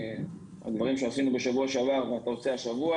הדברים שעשינו בשבוע שעבר ואתה עושה השבוע